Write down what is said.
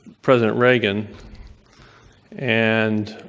president reagan and